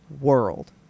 world